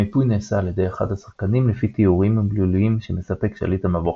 המיפוי נעשה על ידי אחד השחקנים לפי תיאורים מילוליים שמספק שליט המבוך.